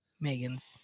Megan's